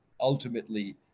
ultimately